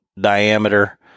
diameter